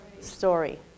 story